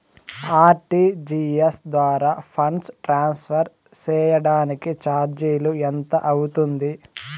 RTGS ద్వారా funds transfer సేయడానికి చార్జీలు ఎంత అవుతుంది